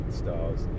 stars